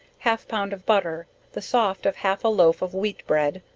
half pound of butter, the soft of half a loaf of wheat bread,